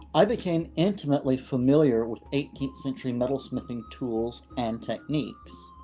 i became intimately familiar with eighteenth century metalsmithing tools and techniques.